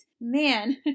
man